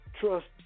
trust